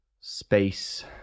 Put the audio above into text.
space